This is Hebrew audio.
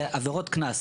אלה עבירות קנס,